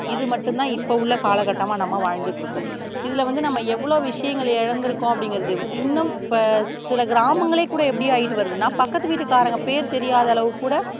இது மட்டும் தான் இப்போ உள்ள காலக்கட்டமாக நம்ம வாழ்ந்துட்டுருக்கோம் இதில் வந்து நம்ம எவ்வளோ விஷயங்கள் இழந்திருக்கோம் அப்படிங்குறது இன்னும் இப்போ சில கிராமங்களே கூட எப்படி ஆகிட்டு வருதுன்னால் பக்கத்து வீட்டுக்காரங்க பேர் தெரியாத அளவுக்குக் கூட